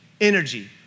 energy